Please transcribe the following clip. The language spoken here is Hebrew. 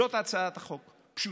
זאת הצעת חוק פשוטה.